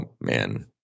man